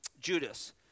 judas